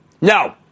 No